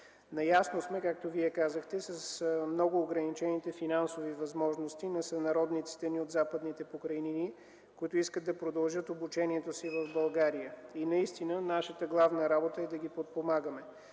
Наясно сме, както Вие казахте, с много ограничените финансови възможности на сънародниците ни от Западните покрайнини, които искат да продължат обучението си в България. Наистина нашата главна работа е да ги подпомагаме.